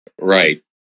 Right